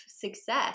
success